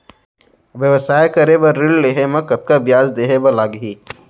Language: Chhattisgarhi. व्यवसाय करे बर ऋण लेहे म कतना ब्याज देहे बर लागही?